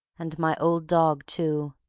and my old dog, too,